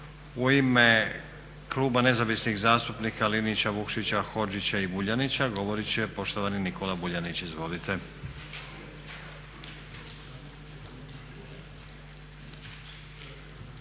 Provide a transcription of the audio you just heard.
U ime kluba Nezavisnih zastupnika Linića, Vukšića, Hodžića i Vuljanića govorit će poštovani Nikola Vuljanić. Izvolite.